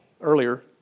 earlier